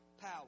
power